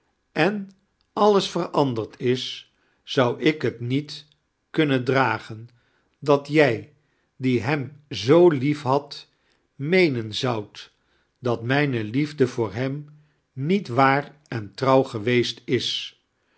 en alles emajnidiend is zou ik he niet kuinmen dinagem dat jij die hem aoo liefhadt meenen zoudt dat mijne liefe voor hem niet waar en trouw gaweest m